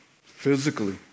physically